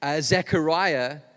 Zechariah